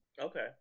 Okay